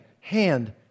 hand